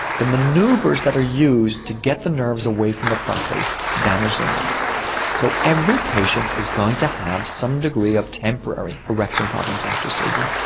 the manoeuvres that are used to get the nerves away from the prostate damage the nerves so every patient is going to have some degree of temporary erection problems after surgery.